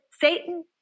Satan